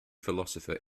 philosopher